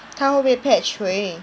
她会不会 patch 回